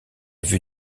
vue